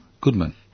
Goodman